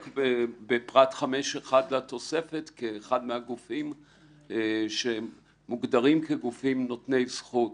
בפרט 5(1) לתוספת כאחד מהגופים שמוגדרים כגופים נותני זכות.